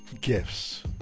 gifts